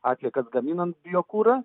atliekas gaminant biokurą